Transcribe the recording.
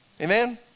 Amen